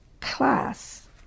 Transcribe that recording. class